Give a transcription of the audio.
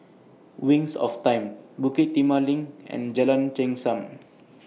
Wings of Time Bukit Timah LINK and Jalan